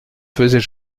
faisait